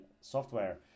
software